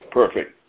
perfect